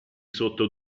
sotto